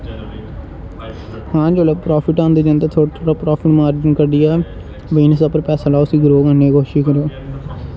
हां जिसलै प्राफिट आई जंदा बंदा थोह्ड़ा थोह्ड़ा प्राफिट मारजन कड्ढियै बिजनस उप्पर पैसा लाओ उसी ग्रो करने दी कोशिश करो